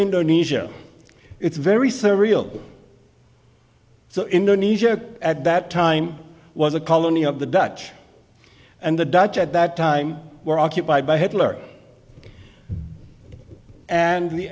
indonesia it's very surreal so indonesia at that time was a colony of the dutch and the dutch at that time were occupied by hitler and